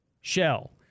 Shell